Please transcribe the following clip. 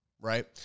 right